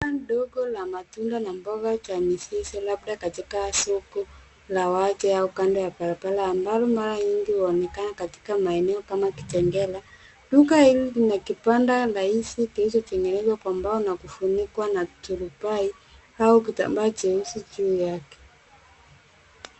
Duka ndogo la matunda na mboga za mizizi, labda katika soko la wazi au kando ya barabara, ambalo mara nyingi huonekana katika maeneo kama Kitengela. Duka hili lina kibanda rahisi kilichotengenezwa kwa mbao na kufunikwa na turubai au kitambaa jeusi juu yake.